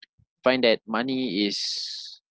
find that money is